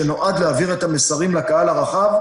שנועד להעביר את המסרים לקהל הרחב,